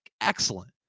excellent